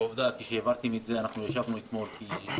ועובדה, כשהעברתם את זה, אנחנו ישבנו אתמול כסיעה,